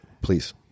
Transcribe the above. Please